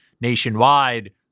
nationwide